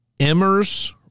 Emers